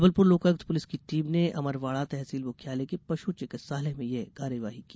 Jabalpur Lokayukta police की team ने अमरवाड़ा तहसील मुख्यालय के पशु चिकित्सालय में यह कार्रवाई की